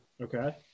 Okay